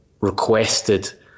requested